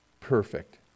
perfect